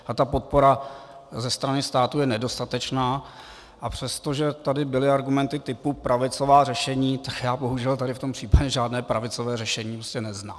A ta podpora ze strany státu je nedostatečná, a přestože tady byly argumenty typu pravicová řešení, tak já bohužel tady v tom případě bohužel žádné pravicové řešení prostě neznám.